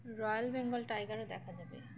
royal Bengal টাইগারও দেখা যাবে